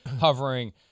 hovering